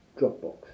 Dropbox